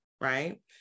right